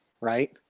right